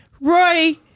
Roy